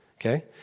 okay